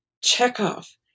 Chekhov